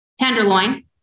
Tenderloin